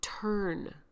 turn